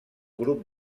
grup